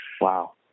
Wow